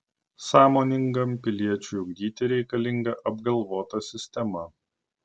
sąmoningam piliečiui ugdyti reikalinga apgalvota sistema